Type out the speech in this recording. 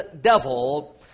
devil